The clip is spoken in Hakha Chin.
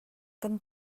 kan